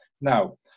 Now